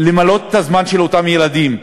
למלא את הזמן של אותם ילדים.